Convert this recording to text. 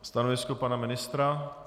Stanovisko pana ministra?